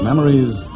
Memories